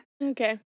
Okay